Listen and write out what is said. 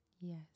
Yes